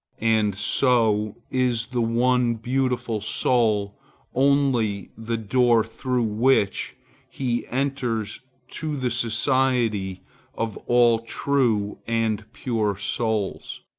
and so is the one beautiful soul only the door through which he enters to the society of all true and pure souls.